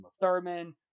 Thurman